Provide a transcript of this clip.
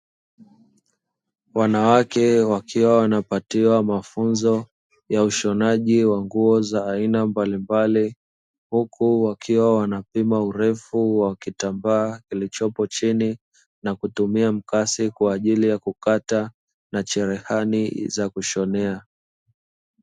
Wanawake wakiwa wanapatiwa mafunzo ya ushonaji wa nguo za aina mbalimbali, huku wakiwa wanapima urefu wa kitambaa kilichopo chini, na kutumia mkasi kwa ajili ya kukata na cherehani za kushonea.